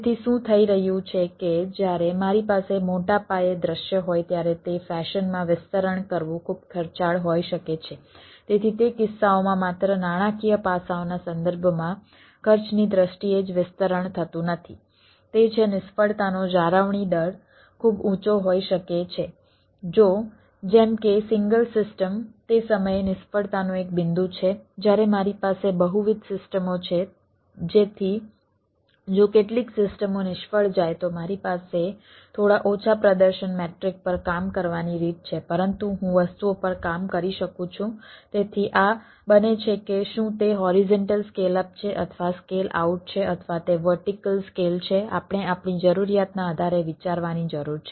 તેથી શું થઈ રહ્યું છે કે જ્યારે મારી પાસે મોટા પાયે દૃશ્ય હોય ત્યારે તે ફેશન સ્કેલ અપ છે અથવા સ્કેલ આઉટ છે અથવા તે વર્ટિકલ સ્કેલ છે આપણે આપણી જરૂરિયાતના આધારે વિચારવાની જરૂર છે